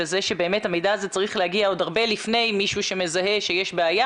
וזה שבאמת המידע הזה צריך להגיע עוד הרבה לפני מישהו מזהה שיש בעיה,